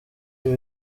ibi